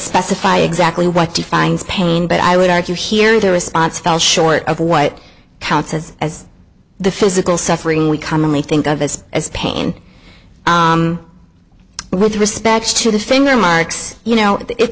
specify exactly what defines pain but i would argue here the response fell short of what counts as as the physical suffering we commonly think of as as pain and with respect to the finger marks you know i